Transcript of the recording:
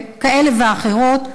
כאלה ואחרות,